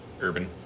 Urban